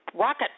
rocket